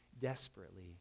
desperately